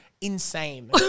insane